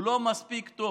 הוא לא מספיק טוב,